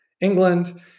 England